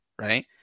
right